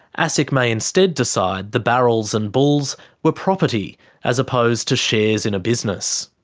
asic may instead decide the barrels and bulls were property as opposed to shares in a business.